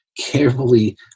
carefully